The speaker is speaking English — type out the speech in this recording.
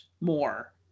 more –